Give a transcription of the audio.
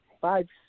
five